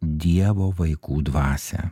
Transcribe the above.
dievo vaikų dvasią